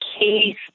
case